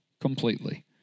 completely